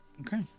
Okay